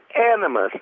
animus